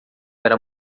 era